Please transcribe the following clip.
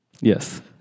Yes